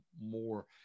more